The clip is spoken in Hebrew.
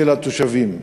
של התושבים.